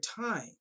time